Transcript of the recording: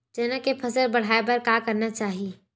चना के फसल बढ़ाय बर का करना चाही?